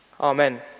Amen